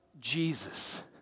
Jesus